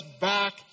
back